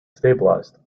stabilized